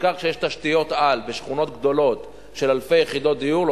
בעיקר כשיש תשתיות-על בשכונות גדולות של אלפי יחידות דיור,